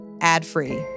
ad-free